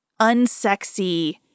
unsexy